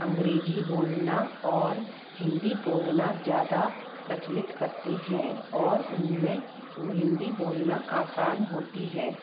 अंग्रेजी बोलना और हिंदी बोलना ज़्यादा प्रचलित करते हैं और उनमें व हिंदी बोलना आसान होती हैं